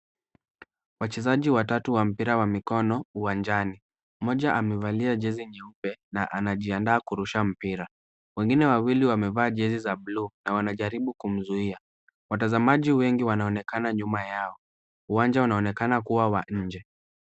Wachezaji watatu wa mpira wa mikono uwanjani, mmoja amevalia jezi nyeupe na anajiandaa kurusha mpira, wengine wawili wamevaa jezi la bluu na wanajaribu kumzuia, watazamaji wengi wanaonekana nyuma yao, uwanja unaonekana kuwa wa nje.